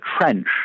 trench